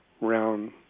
round